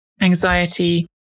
anxiety